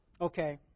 Okay